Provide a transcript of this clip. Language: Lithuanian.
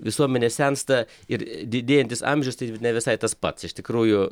visuomenė sensta ir didėjantis amžius tai ne visai tas pats iš tikrųjų